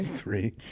Three